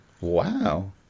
Wow